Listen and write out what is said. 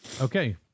Okay